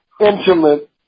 intimate